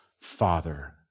Father